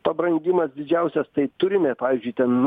pabrangimas didžiausias tai turime pavyzdžiui ten